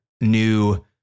new